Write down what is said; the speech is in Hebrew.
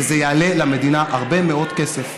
וזה יעלה למדינה הרבה מאוד כסף.